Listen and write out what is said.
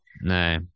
No